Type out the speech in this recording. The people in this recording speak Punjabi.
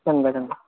ਚੰਗਾ ਚੰਗਾ